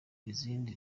izindi